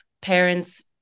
parents